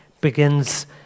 begins